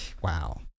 Wow